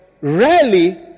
rarely